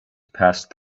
passed